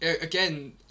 again